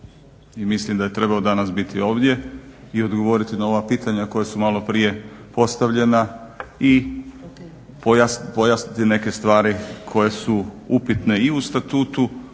i mislim da je trebao danas biti ovdje i odgovoriti na ova pitanja koja su malo prije postavljena i pojasniti neke stvari koje su upitne i u Statutu,